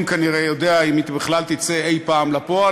כנראה יודע אם היא בכלל תצא אי-פעם לפועל,